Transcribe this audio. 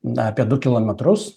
na apie du kilometrus